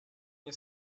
nie